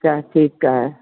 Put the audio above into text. अच्छा ठीकु आहे